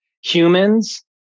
humans